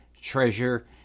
treasure